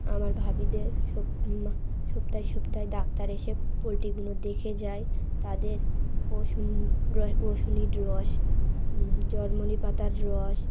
আমার ভাবিদের স সপ্তাহে সপ্তাহে ডাক্তার এসে পোলট্রিগুলো দেখে যায় তাদের রসুন রসুনের রস জরমনি পাতার রস